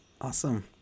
Awesome